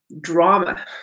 drama